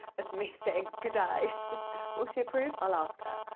of me saying g'day. will she approve? i'll ask her.